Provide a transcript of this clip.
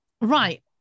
right